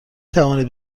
توانید